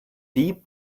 deep